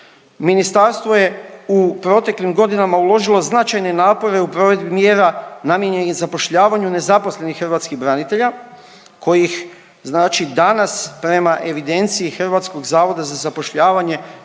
Ministarstvo je u proteklim godinama uložilo značajne napore u provedbi mjera namijenjenih zapošljavanju nezaposlenih hrvatskih branitelja kojih znači danas prema evidenciji Hrvatskog zavoda za zapošljavanje